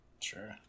sure